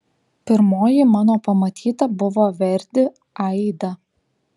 pirmoji mano pamatyta buvo verdi aida